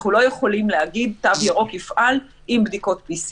אנחנו לא יכולים להגיד תו ירוק יפעל עם בדיקות PCR